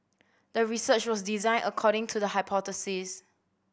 the research was designed according to the hypothesis